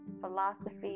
philosophy